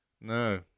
no